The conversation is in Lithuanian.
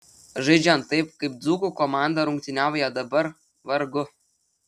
žaidžiant taip kaip dzūkų komanda rungtyniauja dabar vargu